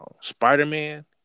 Spider-Man